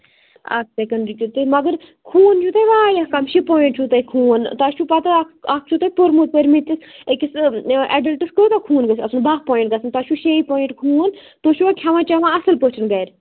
اَکھ سیٚکنٛڈ رُکِو تُہۍ مَگر خوٗن چھُ تۄہہِ واریاہ کَم شےٚ پوایِنٛٹ چھُ تۄہہِ خوٗن تۄہہِ چھَو پتاہ اَکھ اکھ چھُ تُہۍ پوٚرمُت پٔرۍمٕتۍ تہٕ أکِس یہِ ایٚڈَلٹَس کوٗتاہ خوٗن گَژھِ آسُن باہ پوایِنٛٹ گَژھن تۄہہِ چھُ شےٚ پوایِنٛٹ خوٗن تُہۍ چھِوا کھیٚوان چیٚوان اَصٕل پٲٹھۍ گَرِ